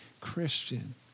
Christian